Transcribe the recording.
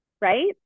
right